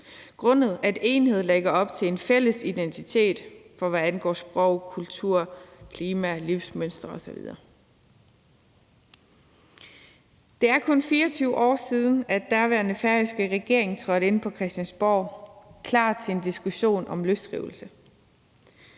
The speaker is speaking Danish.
lande, fordi enhed lægger op til en fælles identitet, hvad angår sprog, kultur, klima, livsmønster osv. Det er kun 24 år siden, at den daværende færøske regering trådte ind på Christiansborg, klar til en diskussion om løsrivelse.